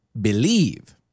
Believe